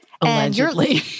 Allegedly